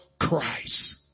Christ